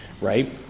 right